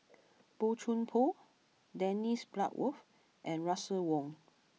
Boey Chuan Poh Dennis Bloodworth and Russel Wong